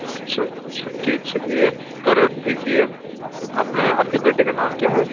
اچھا چھٹی چاہیے پر اب دیکھیے اپنے آپ کے بیٹے کا نام کیا ہے